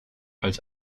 als